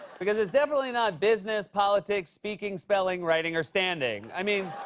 because it's definitely not business, politics, speaking, spelling, writing, or standing. i mean,